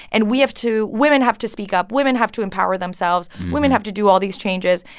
and we have to women have to speak up. women have to empower themselves. women have to do all these changes,